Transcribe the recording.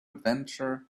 adventure